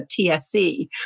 TSC